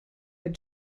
had